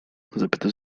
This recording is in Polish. zapytał